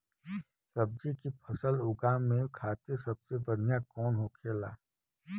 सब्जी की फसल उगा में खाते सबसे बढ़ियां कौन होखेला?